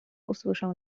usłyszał